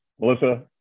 Melissa